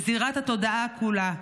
בזירת התודעה כולה.